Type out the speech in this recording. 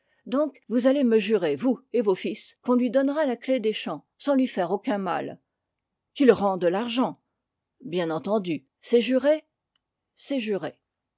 donc vous allez me jurer vous et vos fils qu'on lui donnera la clef des champs sans lui faire aucun mal qu'il rende l'argent bien entendu c'est juré c'est juré